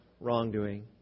wrongdoing